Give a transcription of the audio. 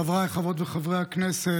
חבריי חברות וחברי הכנסת,